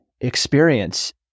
experience